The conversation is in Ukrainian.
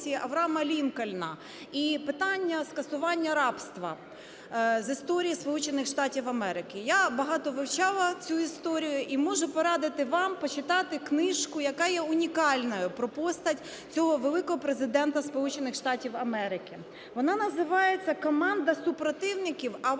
Авраама Лінкольна і питання скасування рабства з історії Сполучених Штатів Америки. Я багато вивчала цю історію і можу порадити вам почитати книжку, яка є унікальною, про постать цього великого Президента Сполучених Штатів Америки. Вона називається "Команда супротивників або